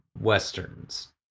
westerns